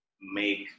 make